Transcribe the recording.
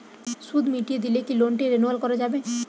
সুদ মিটিয়ে দিলে কি লোনটি রেনুয়াল করাযাবে?